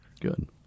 Good